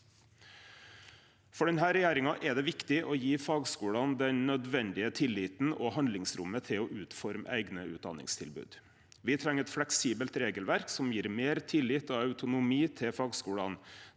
For denne regjeringa er det viktig å gje fagskulane den nødvendige tilliten og handlingsrommet til å utforme eigne utdanningstilbod. Me treng eit fleksibelt regelverk som gjev meir tillit og autonomi til fagskulane.